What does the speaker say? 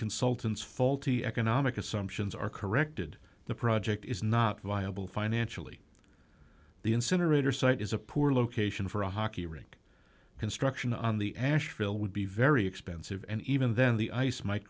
consultants faulty economic assumptions are corrected the project is not viable financially the incinerator site is a poor location for a hockey rink construction on the asheville would be very expensive and even then the ice might